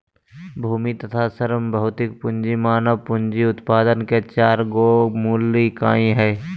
भूमि तथा श्रम भौतिक पूँजी मानव पूँजी उत्पादन के चार गो मूल इकाई हइ